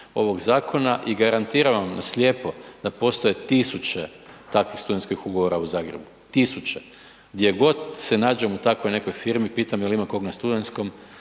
ovog zakona i garantiram vam, slijepo, da postoje tisuće takvih studentskih ugovora u Zagrebu. Tisuće. Gdje god se nađem u takvoj nekoj firmi pitam je li ima kog na studentskom,